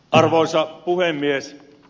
arvoisa puhemies